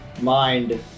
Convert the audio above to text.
mind